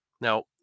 Now